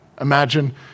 Imagine